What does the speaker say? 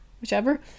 whichever